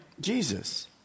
Jesus